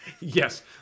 Yes